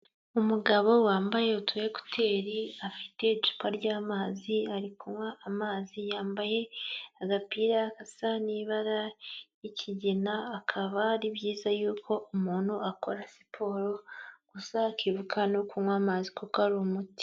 Umugabo wambaye utu ekuteri, afite icupa ry'amazi ari kunywa amazi, yambaye agapira gasa n'ibara ry'ikigina, akaba ari byiza yuko umuntu akora siporo, gusa akibuka no kunywa amazi kuko ari umuti.